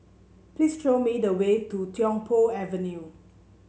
please show me the way to Tiong Poh Avenue